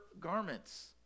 garments